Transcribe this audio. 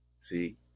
See